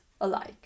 alike